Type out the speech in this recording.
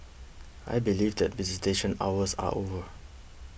I believe that visitation hours are over